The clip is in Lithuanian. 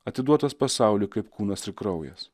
atiduotas pasauliui kaip kūnas ir kraujas